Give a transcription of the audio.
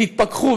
תתפכחו,